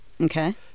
Okay